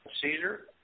Caesar